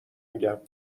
میگم